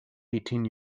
eighteen